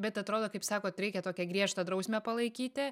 bet atrodo kaip sakot reikia tokią griežtą drausmę palaikyti